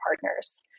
partners